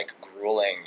grueling